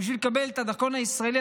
בשביל לקבל את הדרכון הישראלי,